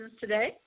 today